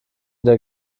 der